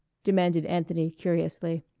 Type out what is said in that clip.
demanded anthony curiously.